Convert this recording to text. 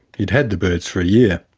he'd had the birds for a year.